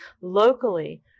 locally